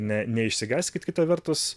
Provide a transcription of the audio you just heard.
ne neišsigąskit kita vertus